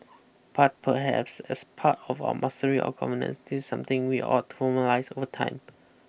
but perhaps as part of our mastery of governance this is something we ought to formalise over time